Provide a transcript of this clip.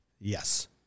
Yes